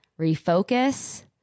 refocus